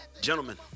gentlemen